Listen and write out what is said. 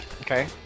okay